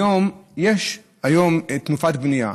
היום יש תנופת בנייה,